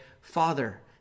Father